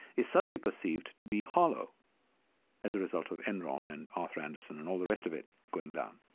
is suddenly perceived to be hollow as a result of enron and arthur andersen and all the rest of it going down.